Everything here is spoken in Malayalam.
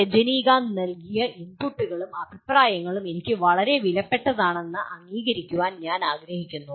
രജനീകാന്ത് നൽകിയ ഇൻപുട്ടുകളും അഭിപ്രായങ്ങളും എനിക്ക് വളരെ വിലപ്പെട്ടതാണെന്ന് അംഗീകരിക്കാൻ ഞാൻ ആഗ്രഹിക്കുന്നു